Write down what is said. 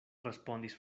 respondis